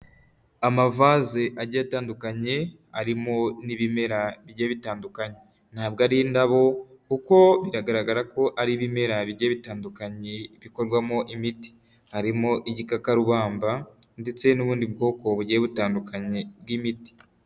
Amavaze agiye atandukanye arimo n'ibimera bijyiye bitandukanye, ntabwo ari indabo kuko biragaragara ko ari ibimera bigiye bitandukanye bikorwamo imiti . Harimo igikakarubamba ndetse n'ubundi bwoko bugiye butandukanye bw'imiti.